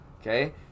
Okay